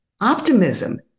Optimism